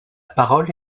parole